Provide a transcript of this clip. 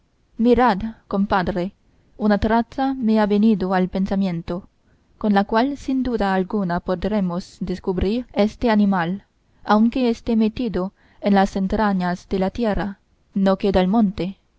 mirad compadre una traza me ha venido al pensamiento con la cual sin duda alguna podremos descubrir este animal aunque esté metido en las entrañas de la tierra no que del monte